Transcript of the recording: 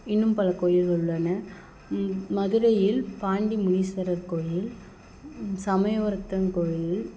இன்னும் பல கோயில்கள் உள்ளன மதுரையில் பாண்டி முனீஸ்வரர் கோயில் சமயபுரத்தான் கோவில்